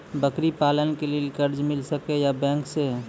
बकरी पालन के लिए कर्ज मिल सके या बैंक से?